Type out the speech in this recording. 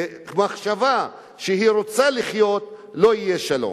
למחשבה שהיא רוצה לחיות, לא יהיה שלום.